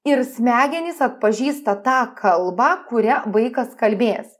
ir smegenys atpažįsta tą kalbą kuria vaikas kalbės